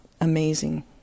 amazing